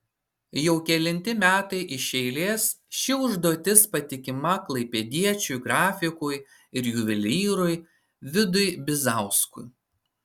jau kelinti metai iš eilės ši užduotis patikima klaipėdiečiui grafikui ir juvelyrui vidui bizauskui